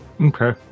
Okay